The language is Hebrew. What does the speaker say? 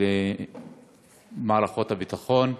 ובמערכות הביטחון.